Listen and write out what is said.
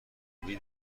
ادبی